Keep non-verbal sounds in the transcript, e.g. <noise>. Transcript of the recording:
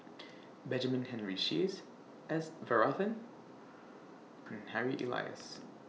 <noise> Benjamin Henry Sheares S Varathan and Harry Elias